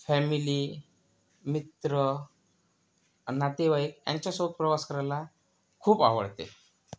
family मित्र नातेवाईक यांच्यासोबत प्रवास करायला खूप आवडते